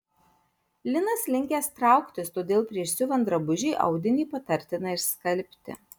linas linkęs trauktis todėl prieš siuvant drabužį audinį patartina išskalbti